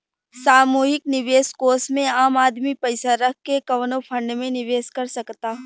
सामूहिक निवेश कोष में आम आदमी पइसा रख के कवनो फंड में निवेश कर सकता